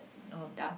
dark